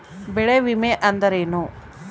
ಬೆಳೆ ವಿಮೆ ಅಂದರೇನು?